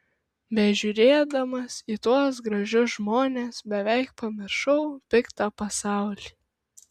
bežiūrėdamas į tuos gražius žmones beveik pamiršau piktą pasaulį